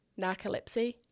narcolepsy